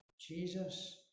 jesus